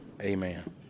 amen